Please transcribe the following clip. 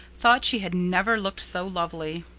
thought she had never looked so lovely.